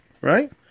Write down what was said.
right